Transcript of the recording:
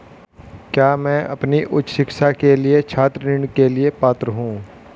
क्या मैं अपनी उच्च शिक्षा के लिए छात्र ऋण के लिए पात्र हूँ?